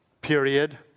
period